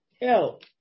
help